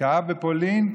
כאב בפולין,